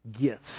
gifts